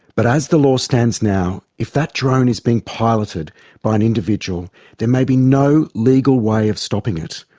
but as the law stands now, if that drone is being piloted by an individual there may be no legal way of stopping it.